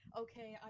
okay